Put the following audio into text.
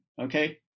Okay